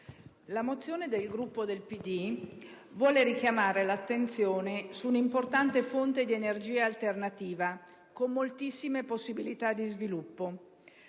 la mozione del Gruppo del PD vuole richiamare l'attenzione su un'importante fonte di energia alternativa con moltissime possibilità di sviluppo.